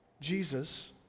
Jesus